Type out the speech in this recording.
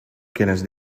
quienes